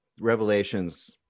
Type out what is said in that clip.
revelations